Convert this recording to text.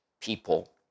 people